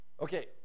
Okay